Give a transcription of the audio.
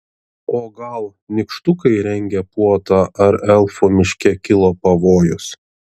o gal nykštukai rengia puotą ar elfų miške kilo pavojus